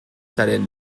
zaren